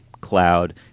cloud